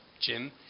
Jim